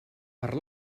per